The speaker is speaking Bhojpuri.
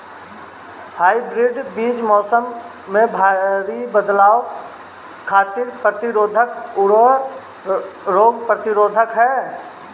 हाइब्रिड बीज मौसम में भारी बदलाव खातिर प्रतिरोधी आउर रोग प्रतिरोधी ह